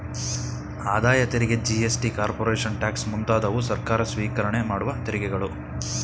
ಆದಾಯ ತೆರಿಗೆ GST, corporation tax ಮುಂತಾದವು ಸರ್ಕಾರ ಸ್ವಿಕರಣೆ ಮಾಡುವ ತೆರಿಗೆಗಳು